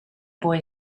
boy